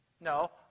No